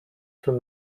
from